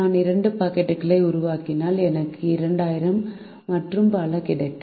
நான் இரண்டு பாக்கெட்டுகளை உருவாக்கினால் எனக்கு 2000 மற்றும் பல கிடைக்கும்